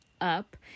up